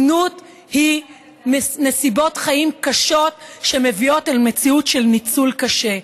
זנות היא נסיבות חיים קשות שמביאות אל מציאות של ניצול קשה.